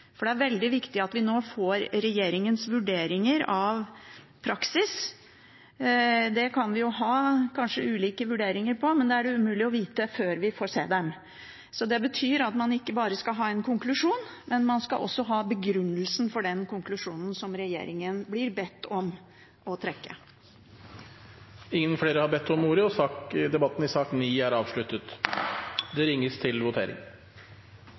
Det er veldig viktig at vi nå får regjeringens vurderinger av praksis. Dem kan vi kanskje ha ulike vurderinger av, men det er det umulig å vite før vi får se dem. Det betyr at man skal ikke bare ha en konklusjon; man skal også ha begrunnelsen for den konklusjonen som regjeringen blir bedt om å trekke. Flere har ikke bedt om ordet til sak nr. 9. Da er Stortinget klar til å gå til votering